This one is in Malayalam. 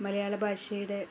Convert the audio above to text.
മലയാളഭാഷയുടെ